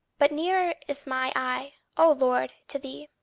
but nearer is my i, o lord, to thee,